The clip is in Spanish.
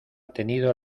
tenido